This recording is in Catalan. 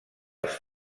als